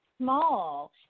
small